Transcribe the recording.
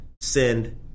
send